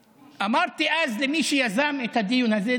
אמרתי אז למי שיזם את הדיון הזה,